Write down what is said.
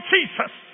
Jesus